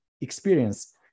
experience